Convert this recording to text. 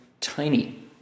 tiny